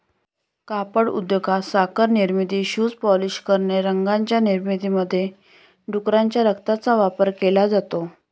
कापड उद्योगात, साखर निर्मिती, शूज पॉलिश करणे, रंगांच्या निर्मितीमध्ये डुकराच्या रक्ताचा वापर केला जातो